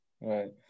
right